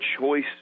choice